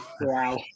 Wow